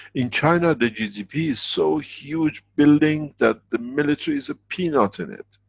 in china the gdp is so huge building that the military's a peanut in it.